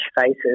faces